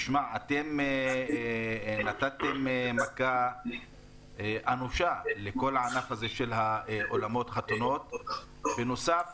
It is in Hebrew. אתם נתתם מכה אנושה לכל הענף של אולמות חתונה בנוסף